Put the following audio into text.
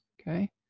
okay